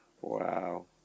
Wow